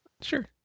Sure